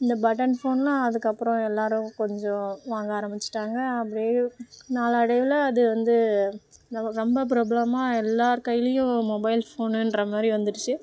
இந்த பட்டன் ஃபோன்லாம் அதுக்கப்புறம் எல்லோரும் கொஞ்சம் வாங்க ஆரம்பிச்சிட்டாங்க அப்படியே நாளடைவில் அது வந்து ரொம்ப ரொம்ப பிரபலமாக எல்லோர் கையிலேயும் மொபைல் ஃபோனுன்ற மாதிரி வந்துடுச்சு